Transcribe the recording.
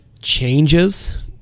changes